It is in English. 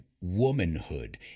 womanhood